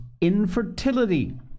infertility